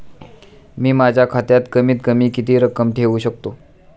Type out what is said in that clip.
मी माझ्या खात्यात कमीत कमी किती रक्कम ठेऊ शकतो?